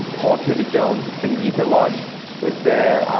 paul tudor jones, the singita lodge is there,